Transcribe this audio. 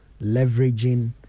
leveraging